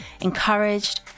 encouraged